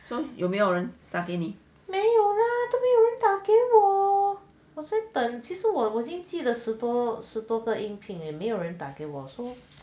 没有 lah 其实我在等我寄了十多个应聘也没有人打给我